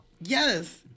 Yes